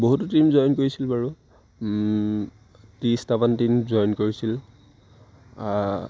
বহুতো team join কৰিছিল বাৰু ত্ৰিছটামান টীম জইন কৰিছিল